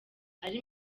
ari